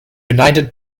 united